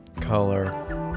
color